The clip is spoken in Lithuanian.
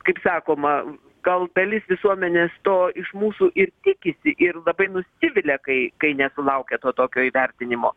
kaip sakoma gal dalis visuomenės to iš mūsų ir tikisi ir labai nusivilia kai kai nesulaukia to tokio įvertinimo